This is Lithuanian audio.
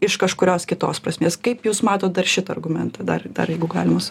iš kažkurios kitos prasmės kaip jūs matot dar šitą argumentą dar dar jeigu galima